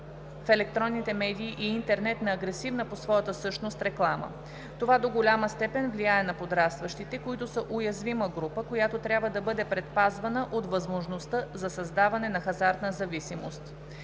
в електронните медии и интернет на агресивна по своята същност реклама. Това до голяма степен влияе на подрастващите, които са уязвима група, която трябва да бъде предпазвана от възможността за създаване на хазартна зависимост.